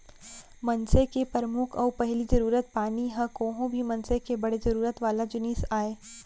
मनसे के परमुख अउ पहिली जरूरत पानी ह कोहूं भी मनसे के बड़े जरूरत वाला जिनिस आय